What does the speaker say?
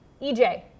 EJ